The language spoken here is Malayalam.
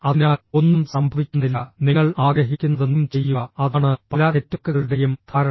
അതിനാൽ ഒന്നും സംഭവിക്കുന്നില്ല നിങ്ങൾ ആഗ്രഹിക്കുന്നതെന്തും ചെയ്യുക അതാണ് പല നെറ്റ്വർക്കുകളുടെയും ധാരണ